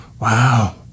Wow